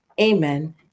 amen